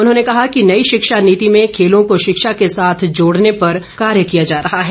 उन्होंने कहा कि नई शिक्षा नीति में खेलों को शिक्षा के साथ जोड़ने पर कार्य किया जा रहा है